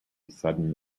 sudden